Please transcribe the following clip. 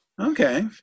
Okay